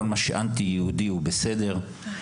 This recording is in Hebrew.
כל מה שאנטי יהודי הוא בסדר,